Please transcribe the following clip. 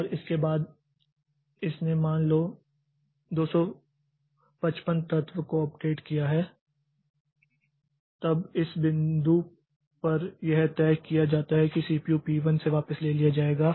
और इसके बाद इसने मानलो 255 तत्व को अपडेट किया है तब इस बिंदु पर यह तय किया जाता है कि सीपीयू पी1 से वापस ले लिया जाएगा